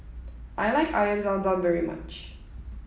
I like Air Zam Zam very much